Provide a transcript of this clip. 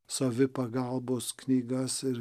savipagalbos knygas ir